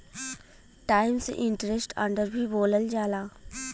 times interest earned भी बोलल जाला